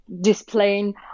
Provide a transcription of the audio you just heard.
displaying